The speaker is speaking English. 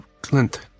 glint